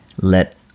Let